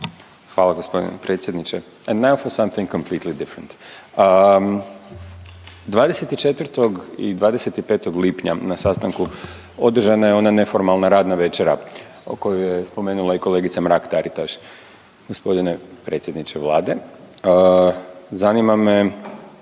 Fala g. predsjedniče. …/Govornik se ne razumije/… 24. i 25. lipnja na sastanku održana je ona neformalna radna večera koju je spomenula i kolegica Mrak-Taritaš. Gospodine predsjedniče vlade, zanima me,